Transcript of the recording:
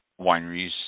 wineries